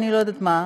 אני לא יודעת מה,